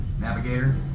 navigator